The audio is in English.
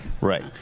Right